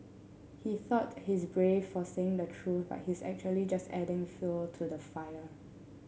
he thought he's brave for saying the truth but he's actually just adding fuel to the fire